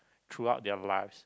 throughout their lives